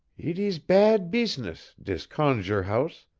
eet is bad beez-ness, dis conjur' house.